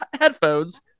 headphones